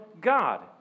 God